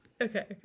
Okay